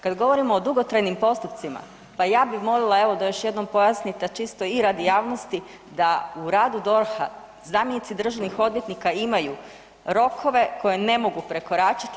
Kad govorimo o dugotrajnim postupcima pa ja bi molila evo da još jednom pojasnite čisto i radi javnosti da u radu DORH-a zamjenici državnih odvjetnika imaju rokove koje ne mogu prekoračiti.